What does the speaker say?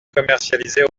commercialisée